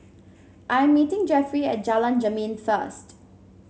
I am meeting Jeffrey at Jalan Jermin first